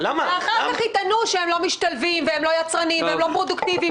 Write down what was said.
ואחר כך יטענו שהם לא משתלבים והם לא יצרניים והם לא פרודוקטיביים.